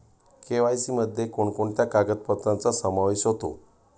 KYC मध्ये कोणकोणत्या कागदपत्रांचा समावेश होतो?